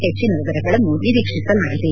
ಹೆಚ್ಚಿನ ವಿರಗಳನ್ನು ನಿರೀಕ್ಷಿಸಲಾಗಿದೆ